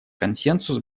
консенсус